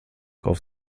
auf